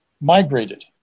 migrated